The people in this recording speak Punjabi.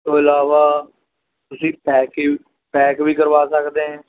ਇਸ ਤੋਂ ਇਲਾਵਾ ਤੁਸੀਂ ਪੈਕਿੰਗ ਪੈਕ ਵੀ ਕਰਵਾ ਸਕਦੇ ਹੈ